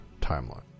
timeline